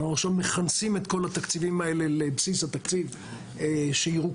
אנחנו עכשיו מכנסים את כל התקציבים האלה לבסיס התקציב שירוכז